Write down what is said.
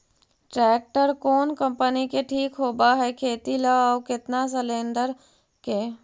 Tractor कोन company के ठीक होब है खेती ल औ केतना सलेणडर के?